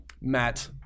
Matt